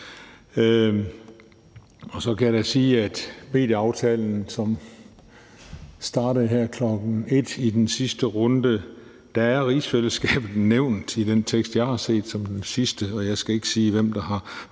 om en medieaftale, der startede her kl. 13, er rigsfællesskabet nævnt i den tekst, jeg har set som den sidste. Jeg skal ikke sige, hvem der har